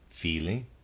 feeling